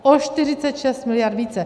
O 46 miliard více.